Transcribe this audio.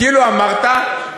כאילו אמרת,